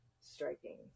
striking